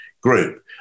group